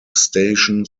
station